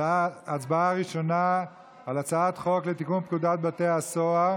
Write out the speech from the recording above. הצבעה ראשונה, על הצעת חוק לתיקון פקודת בתי הסוהר